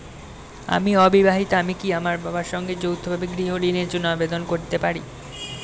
আমি অবিবাহিতা আমি কি আমার বাবার সঙ্গে যৌথভাবে গৃহ ঋণের জন্য আবেদন করতে পারি?